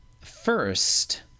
First